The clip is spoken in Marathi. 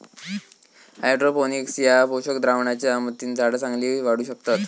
हायड्रोपोनिक्स ह्या पोषक द्रावणाच्या मदतीन झाडा चांगली वाढू शकतत